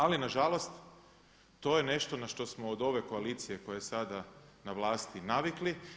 Ali na žalost to je nešto na što smo od ove koalicije koja je sada na vlasti navikli.